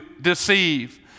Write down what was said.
deceive